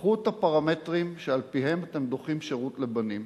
קחו את הפרמטרים שעל-פיהם אתם דוחים שירות לבנים